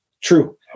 True